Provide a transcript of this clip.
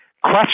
question